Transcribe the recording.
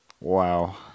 Wow